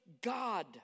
God